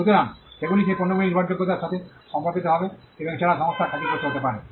সুতরাং সেগুলি সেই পণ্যগুলির নির্ভরযোগ্যতার সাথে সম্পর্কিত হবে এবং এছাড়াও সংস্থার খ্যাতি ক্ষতিগ্রস্থ হতে পারে